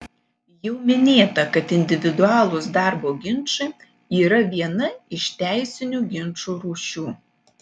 jau minėta kad individualūs darbo ginčai yra viena iš teisinių ginčų rūšių